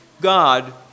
God